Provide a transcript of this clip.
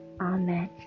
Amen